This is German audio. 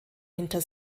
hinter